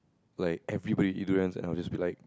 like everybody eat durians and I will just be like